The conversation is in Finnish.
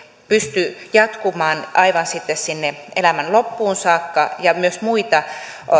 pysty jatkumaan aivan sitten sinne elämän loppuun saakka ja myös muita